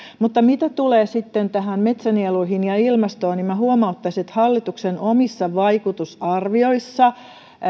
mutta mitä tulee metsänieluihin ja ilmastoon niin huomauttaisin että hallituksen omissa vaikutusarvioissa